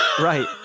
right